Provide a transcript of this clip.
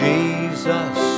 Jesus